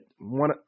one